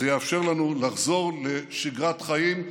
זה יאפשר לנו לחזור לשגרת חיים,